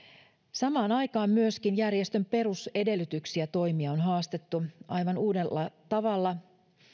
samaan aikaan myöskin järjestön perusedellytyksiä toimia on haastettu aivan uudella tavalla